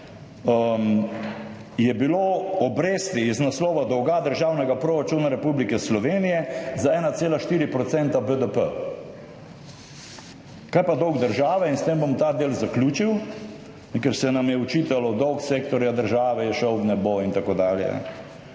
je bilo obresti iz naslova dolga državnega proračuna Republike Slovenije za 1,4 % BDP. Kaj pa dolg države? S tem bom ta del zaključil, ker se nam je očitalo, dolg sektorja države je šel v nebo in tako dalje.